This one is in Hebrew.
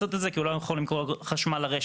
לעשות את זה כי הוא לא יכול למכור חשמל לרשת.